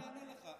אני אענה לך.